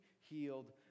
healed